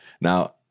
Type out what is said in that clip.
Now